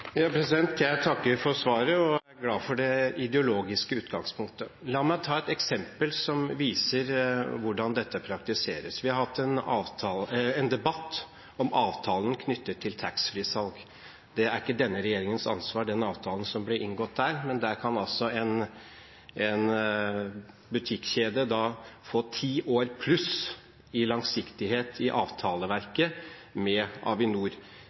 Jeg takker for svaret og er glad for det ideologiske utgangspunktet. La meg ta et eksempel som viser hvordan dette praktiseres. Vi har hatt en debatt om avtalen knyttet til taxfree-salg. Den avtalen som ble inngått der, er ikke denne regjeringens ansvar, men der kan altså en butikkjede få ti år pluss i langsiktighet i avtaleverket med Avinor,